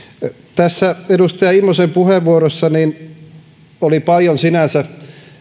tässä edustaja immosen puheenvuorossa oli sinänsä paljon